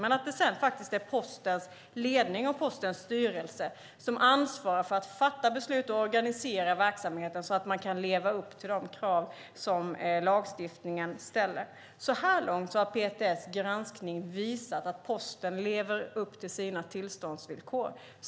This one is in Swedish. Men det är sedan Postens ledning och Postens styrelse som ansvarar för att fatta beslut och organisera verksamheten så att man kan leva upp till de krav som lagstiftningen ställer. Så här långt har PTS granskning visat att Posten lever upp till sina tillståndsvillkor.